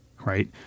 right